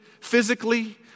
physically